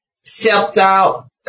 self-doubt